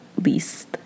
least